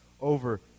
over